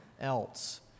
else